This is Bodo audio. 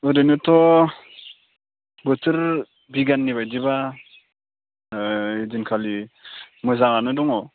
ओरैनोथ' बोथोर बिगियाननि बायदिबा ओइदिनखालि मोजाङानो दङ